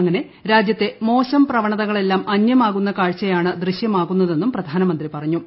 അങ്ങനെ രാജ്യത്തെ മോശം പ്രവണതകളെല്ലാം അന്യമാകുന്ന കാഴ്ചയാണ് ദൃശ്യമാകുന്നതെന്നും പ്രധാനമന്ത്രി പറഞ്ഞു